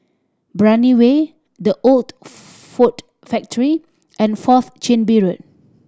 Brani Way The Old Ford Factory and Fourth Chin Bee Road